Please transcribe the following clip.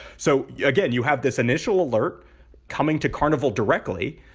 so, again, you have this initial alert coming to carnival directly,